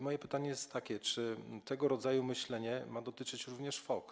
Moje pytanie jest takie: Czy tego rodzaju myślenie ma dotyczyć również fok?